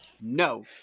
No